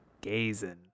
gazing